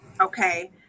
Okay